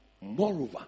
Moreover